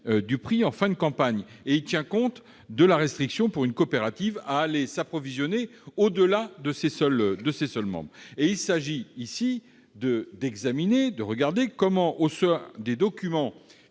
du prix en fin de campagne, en tenant compte de la restriction pour une coopérative à aller s'approvisionner au-delà de ses seuls membres. Il s'agit ici d'examiner la manière dont nous pouvons